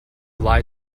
lie